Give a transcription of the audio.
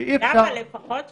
לפחות שלוש.